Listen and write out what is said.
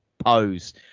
pose